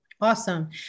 Awesome